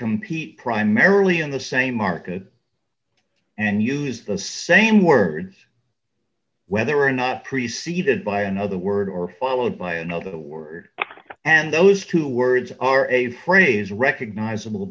compete primarily in the same market and use the same words whether or not preceded by another word or followed by another the word and those two words are a phrase recognizable